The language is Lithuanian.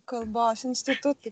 kalbos instituto